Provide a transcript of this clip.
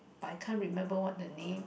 but I can't remember what the name